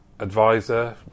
advisor